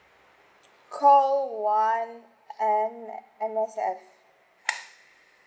call one M~ M_S_F